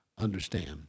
understand